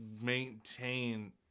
maintain